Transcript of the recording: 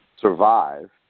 survive